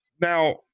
now